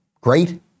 great